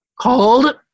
called